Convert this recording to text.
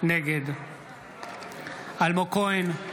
נגד אלמוג כהן,